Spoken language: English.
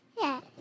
Yes